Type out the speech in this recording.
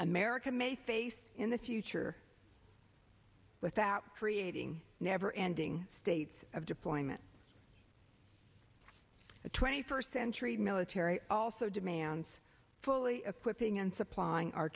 america may face in the future without creating never ending states of deployment the twenty first century military also demands fully equipped ng and supplying our